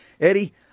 Eddie